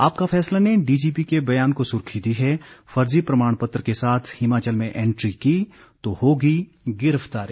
आपका फैसला ने डीजीपी के ब्यान को सुर्खी दी है फर्जी प्रमाण पत्र के साथ हिमाचल में एंट्री की तो होगी गिरफ्तारी